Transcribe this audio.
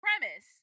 premise